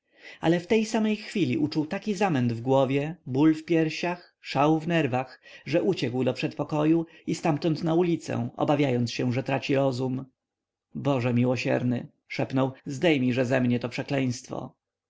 ale w tej samej chwili uczuł taki zamęt w głowie ból w piersiach szał w nerwach że uciekł do przedpokoju i ztamtąd na ulicę obawiając się że traci rozum boże miłosierny szepnął zdejmijże ze mnie to przekleństwo